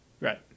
Right